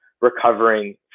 recovering